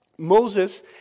Moses